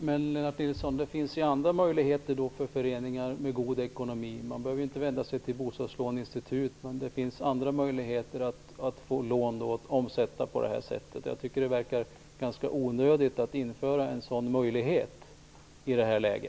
Herr talman! Det finns andra möjligheter för föreningar med god ekonomi. De behöver inte vända sig till bostadslåneinstitut. Det finns andra möjligheter att få lån omsatta. Jag tycker att det verkar ganska onödigt att införa en sådan möjlighet i detta läge.